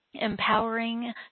empowering